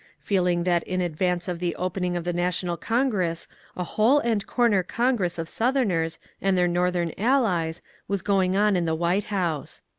feeling that in advance of the opening of the national congress a hole-and-corner congress of southerners and their northern allies was going on in the white house.